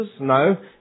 No